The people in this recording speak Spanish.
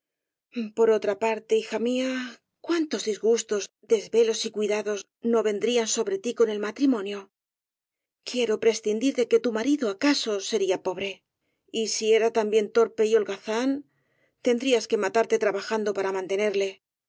por otra parte hija mía cuántos disgustos desvelos y cuidados no vendrían sobre tí con el matrimonio quiero prescindir de que tu marido acaso sería pobre y si era también torpe y holgazán tendrías que matarte trabajando para mantenerle